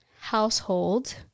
household